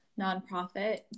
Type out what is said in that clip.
nonprofit